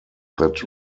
that